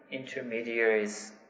intermediaries